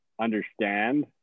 understand